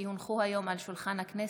כי הונחו היום על שולחן הכנסת,